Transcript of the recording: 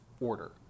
order